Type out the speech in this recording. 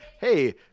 hey